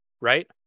right